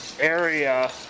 area